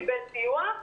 קיבל סיוע.